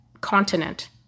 continent